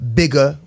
bigger